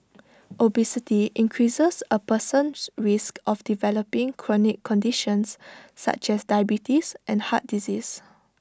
obesity increases A person's risk of developing chronic conditions such as diabetes and heart disease